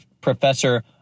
Professor